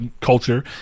culture